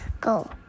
go